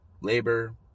labor